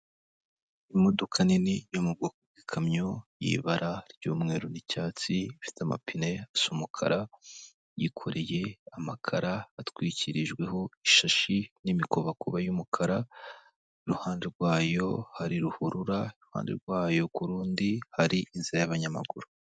Imodoka nini yo mu bwoko bw'ikamyo y'ibara ry'umweru n'icyatsi, ifite amapine asa umukara, Yikoreye amakara atwikirijweho ishashi n'imikobakoba y'umukara, ku ruhande rwayo hari ruhurura, iruhande rwayo ku rundi hari inzira y'abanyamaguru.